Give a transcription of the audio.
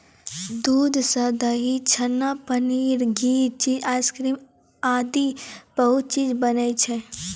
दूध सॅ दही, छाछ, पनीर, घी, चीज, आइसक्रीम आदि बहुत चीज बनै छै